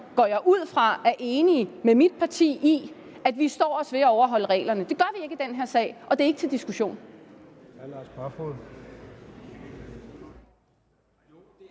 går jeg ud fra – er enige med mit parti i, at vi står os bedst ved at overholde reglerne. Det gør vi ikke i den her sag, og det er ikke til diskussion.